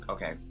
Okay